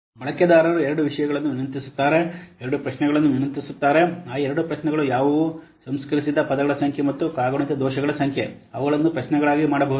ಬಳಕೆದಾರರು ಎರಡು ವಿಷಯಗಳನ್ನು ವಿನಂತಿಸುತ್ತಾರೆ 2 ಪ್ರಶ್ನೆಗಳನ್ನು ವಿನಂತಿಸುತ್ತಾರೆ ಆ 2 ಪ್ರಶ್ನೆಗಳು ಯಾವುವು ಸಂಸ್ಕರಿಸಿದ ಪದಗಳ ಸಂಖ್ಯೆ ಮತ್ತು ಕಾಗುಣಿತ ದೋಷಗಳ ಸಂಖ್ಯೆ ಅವುಗಳನ್ನು ಪ್ರಶ್ನೆಗಳಾಗಿ ಮಾಡಬಹುದು